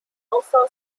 also